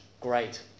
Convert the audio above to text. great